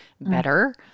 better